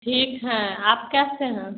ठीक हैं आप कैसे हैं